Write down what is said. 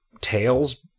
tails